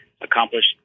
accomplished